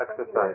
exercise